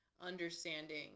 understanding